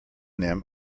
them